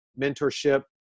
mentorship